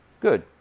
good